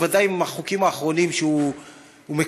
בוודאי עם החוקים האחרונים שהוא מקדם,